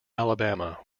alabama